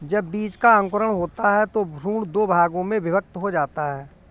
जब बीज का अंकुरण होता है तो भ्रूण दो भागों में विभक्त हो जाता है